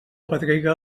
pedrega